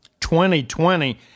2020